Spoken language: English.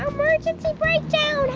um emergency breakdown.